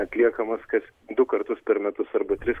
atliekamas kas du kartus per metus arba tris